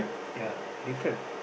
ya different